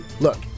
Look